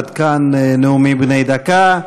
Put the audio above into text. עד כאן נאומים בני דקה.